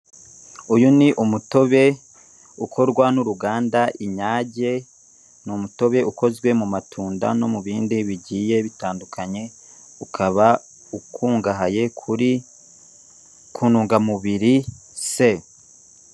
Uyu ni umutobe ukorwa na uruganda Inyange, ni umutobe ukozwe mu matunda no mubindi bigiye bitandukanye, ukaba ukungahaye kuri ku ntungamubiri C.